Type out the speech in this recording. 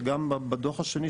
שגם בדו"ח השני,